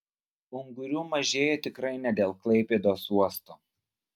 ungurių mažėja tikrai ne dėl klaipėdos uosto